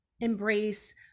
embrace